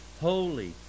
holy